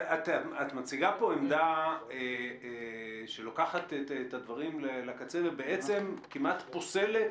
את מציגה פה עמדה שלוקחת את הדברים לקצה ובעצם כמעט פוסלת